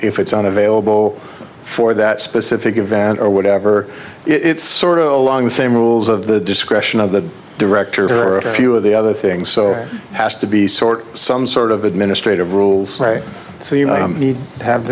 if it's unavailable for that specific event or whatever it's sort of along the same rules of the discretion of the directors are a few of the other things so has to be sort some sort of administrative rules so you need to have